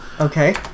Okay